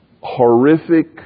horrific